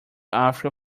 africa